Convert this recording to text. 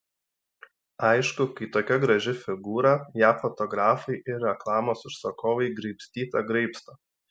aišku kai tokia graži figūra ją fotografai ir reklamos užsakovai graibstyte graibsto